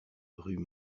rue